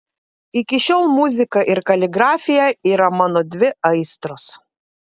iki šiol muzika ir kaligrafija yra mano dvi aistros